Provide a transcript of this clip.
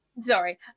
Sorry